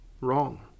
wrong